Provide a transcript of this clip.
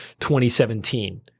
2017